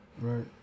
Right